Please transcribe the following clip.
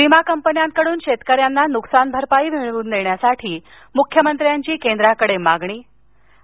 विमा कंपन्यांकडून शेतकऱ्यांना नुकसान भरपाई मिळवून देण्यासाठी मुख्यमंत्र्यांची केंद्राकडे मागणी आणि